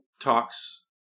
talks